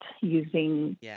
using